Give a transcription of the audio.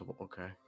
Okay